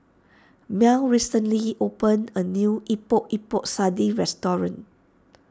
Mell recently opened a new Epok Epok Sardin restaurant